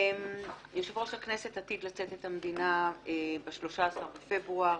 יושב-ראש הכנסת עתיד לצאת את המדינה ב-13 בפברואר,